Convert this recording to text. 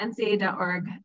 nca.org